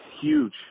huge